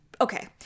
Okay